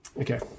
Okay